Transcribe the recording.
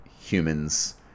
humans